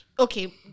Okay